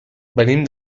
venim